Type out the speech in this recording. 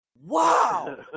Wow